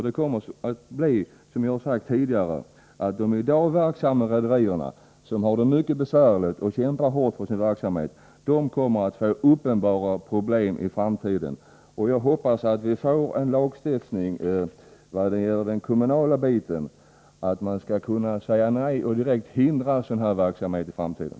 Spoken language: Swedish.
Det kommer att leda till, vilket jag har sagt tidigare, att de i dag verksamma rederierna som har det mycket besvärligt och kämpar hårt för sin rörelse kommer att få uppenbara problem i framtiden. Jag hoppas att vi får en lagstiftning när det gäller det kommunala området som innebär att man skall kunna säga nej och direkt hindra sådan här verksamhet i framtiden.